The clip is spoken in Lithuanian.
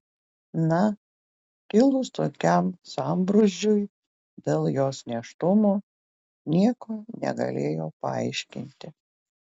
na kilus tokiam sambrūzdžiui dėl jos nėštumo nieko negalėjo paaiškinti